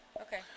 Okay